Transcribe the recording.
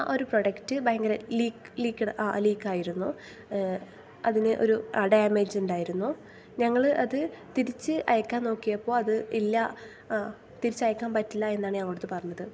ആ ആ ഒരു പ്രോഡക്റ്റ് ഭയങ്കര ലീക്ക് ലീക്ക്ഡ് ആ ലീക്കായിരുന്നു അതിന് ഒരു ഡാമേജ് ഉണ്ടായിരുന്നു ഞങ്ങൾ അതു തിരിച്ച് അയക്കാൻ നോക്കിയപ്പോൾ അത് ഇല്ല ആ തിരിച്ചയക്കാൻ പറ്റില്ല എന്നാണ് ഞങ്ങടടുത്ത് പറഞ്ഞത്